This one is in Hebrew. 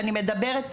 ואני מדברת,